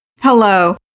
Hello